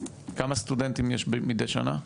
כמה סטודנטים יש מידי שנה?